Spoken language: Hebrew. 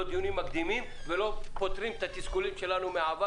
לא דיונים מקדימים ולא פותרים את התסכולים שלנו מהעבר